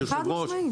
אדוני היושב-ראש,